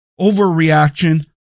overreaction